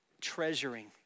treasuring